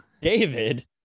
David